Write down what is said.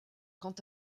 quant